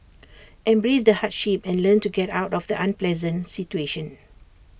embrace the hardship and learn to get out of the unpleasant situation